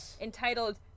entitled